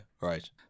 right